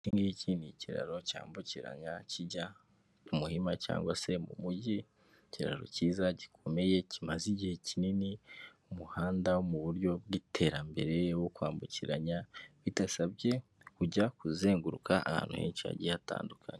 Iki ngiki ni ikiraro cyambukiranya kijya Ku muhima cyangwa se mu mujyi. Ikiraro cyiza, gikomeye, kimaze igihe kinini, umuhanda wo muburyo bw'iterambere wo kwambukiranya bidasabye kujya kuzenguruka ahantu henshi hagiye hatandukanye.